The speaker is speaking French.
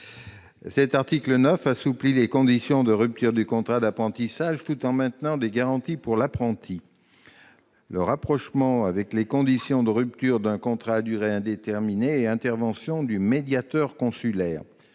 ! L'article 9 assouplit les conditions de rupture du contrat d'apprentissage tout en maintenant des garanties pour l'apprenti : rapprochement avec les conditions de rupture d'un contrat à durée indéterminée et intervention du médiateur consulaire.